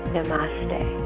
Namaste